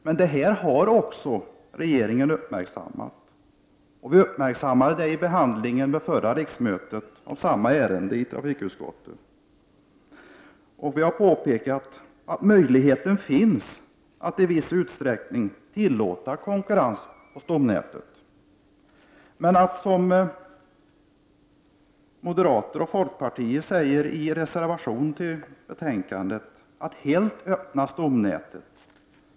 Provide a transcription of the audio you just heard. Men regeringen har uppmärksammat detta. Det uppmärksammades även vid behandlingen av samma ärende från trafikutskottet vid förra riksmötet. Regeringen har även påpekat att möjligheten finns att i begränsade utsträckning tillåta konkurrens på stomnätet. Moderater och folkpartister anför i reservationer som är fogade till betänkandet att stomnätet skall öppnas helt.